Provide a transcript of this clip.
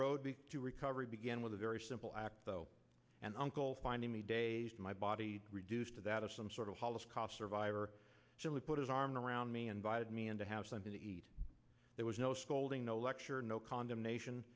road to recovery began with a very simple act though and uncle finding me days my body reduced to that of some sort of holocaust survivor simply put his arm around me and bide me and to have something to eat there was no scolding no lecture no condemnation